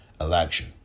election